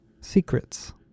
Secrets